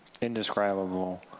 indescribable